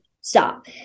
stop